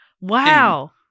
Wow